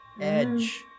Edge